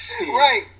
Right